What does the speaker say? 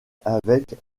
avec